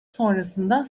sonrasında